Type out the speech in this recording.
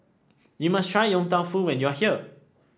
you must try Yong Tau Foo when you are here